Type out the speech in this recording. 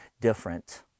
different